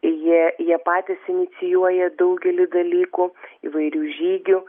jie jie patys inicijuoja daugelį dalykų įvairių žygių